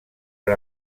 per